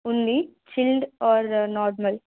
ఉంది chilled or normal